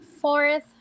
fourth